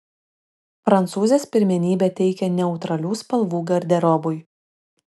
prancūzės pirmenybę teikia neutralių spalvų garderobui